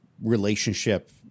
relationship